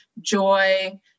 joy